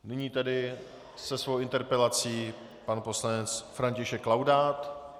Nyní tedy se svou interpelací pan poslanec František Laudát.